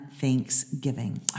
Thanksgiving